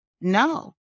No